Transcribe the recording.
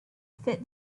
fit